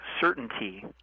certainty